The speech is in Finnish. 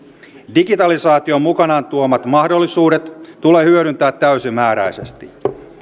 digitalisaation mukanaan tuomat mahdollisuudet tulee hyödyntää täysimääräisesti